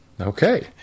Okay